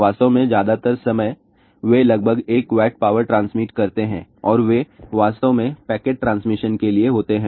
वास्तव में ज्यादातर समय वे लगभग 1 W पावर ट्रांसमिट करते हैं और वे वास्तव में पैकेट ट्रांसमिशन के लिए होते हैं